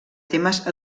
temes